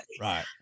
Right